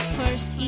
first